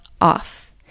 off